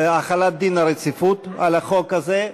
החלת דין רציפות על החוק הזה.